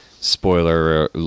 Spoiler